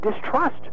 distrust